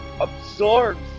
absorbs